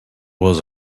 was